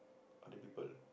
other people